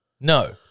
No